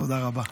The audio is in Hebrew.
תודה רבה.